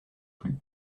plus